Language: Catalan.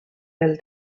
del